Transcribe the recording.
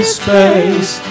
space